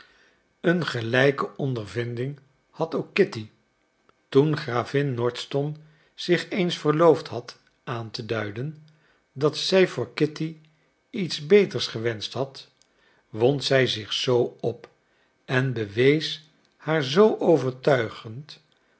een gelijke ondervinding had ook kitty toen gravin nordston zich eens veroorloofd had aan te duiden dat zij voor kitty iets beters gewenscht had wond zij zich zoo op en bewees haar zoo overtuigend